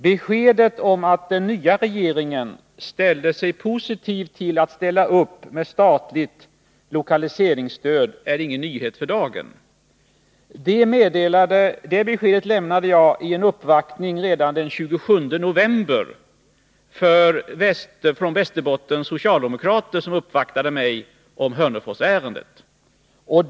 Beskedet om att den nya regeringen ställde sig positiv till att ge statligt lokaliseringsstöd är ingen nyhet för dagen, utan det lämnade jag redan den 27 november i samband med en uppvaktning om Hörneforsärendet från Västerbottens socialdemokrater.